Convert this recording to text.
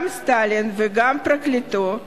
גם סטלין וגם פרקליטו הראשי,